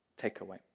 takeaway